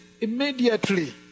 immediately